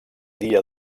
dia